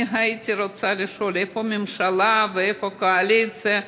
אני הייתי רוצה לשאול: איפה הממשלה ואיפה הקואליציה,